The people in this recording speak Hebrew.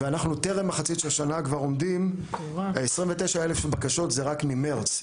ואנחנו כבר עומדים על מספר של 29 אלף בקשות רק ממרץ,